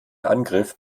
angriff